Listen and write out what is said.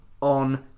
on